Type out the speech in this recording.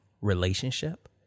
relationship